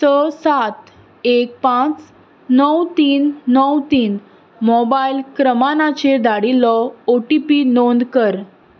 स सात एक पांच णव तीन णव तीन मोबायल क्रमानाचेर धाडिल्लो ओ टी पी नोंद कर